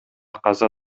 каза